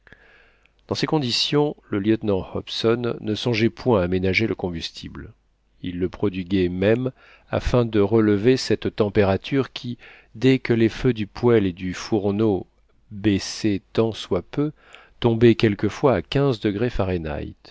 dans ces conditions le lieutenant hobson ne songeait point à ménager le combustible il le prodiguait même afin de relever cette température qui dès que les feux du poêle et du fourneau baissaient tant soit peu tombait quelquefois à quinze degrés fahrenheit